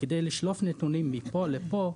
כדי לשלוף נתונים מכאן לכאן,